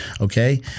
Okay